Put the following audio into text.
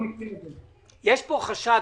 יש פה חשד,